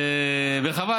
וחבל,